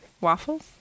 waffles